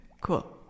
Cool